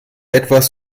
etwas